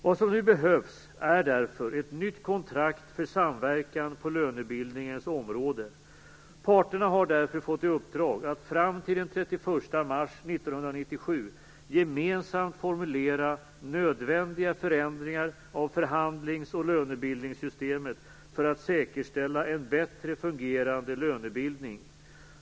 Vad som nu behövs är därför ett nytt kontrakt för samverkan på lönebildningens område. Parterna har därför fått i uppdrag att fram till den 31 mars 1997 gemensamt formulera nödvändiga förändringar av förhandlings och lönebildningssystemet för att säkerställa en bättre fungerande lönebildning.